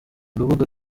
urubuga